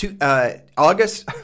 August